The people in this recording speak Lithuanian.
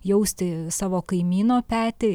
jausti savo kaimyno petį